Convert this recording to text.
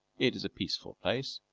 it is a peaceful place,